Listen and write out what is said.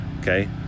okay